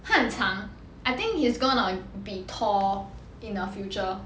他很长 I think he's gonna be tall in the future